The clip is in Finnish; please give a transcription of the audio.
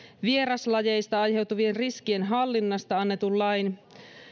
vieraslajeista aiheutuvien riskien hallinnasta annetun lain